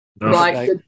right